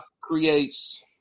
creates